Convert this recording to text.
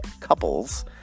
couples